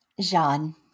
Jean